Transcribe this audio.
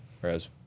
whereas